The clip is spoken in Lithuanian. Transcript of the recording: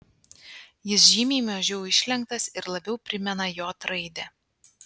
jis žymiai mažiau išlenktas ir labiau primena j raidę